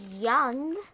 young